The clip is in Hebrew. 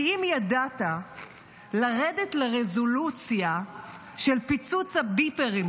כי אם ידעת לרדת לרזולוציה של פיצוץ הביפרים,